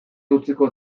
utziko